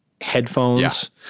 headphones